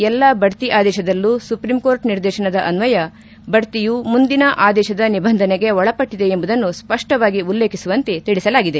ಎಲ್ಲಾ ಬಡ್ತಿ ಆದೇಶದಲ್ಲೂ ಸುಪ್ರೀಂಕೋರ್ಟ್ ನಿರ್ದೇಶನದ ಅನ್ವಯ ಬಡ್ತಿಯು ಮುಂದಿನ ಆದೇಶದ ನಿಬಂಧನೆಗೆ ಒಳಪಟ್ಟದೆ ಎಂಬುದನ್ನು ಸ್ಪಷ್ಟವಾಗಿ ಉಲ್ಲೇಖಿಸುವಂತೆ ತಿಳಿಸಲಾಗಿದೆ